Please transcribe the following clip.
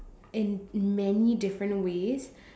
in many different ways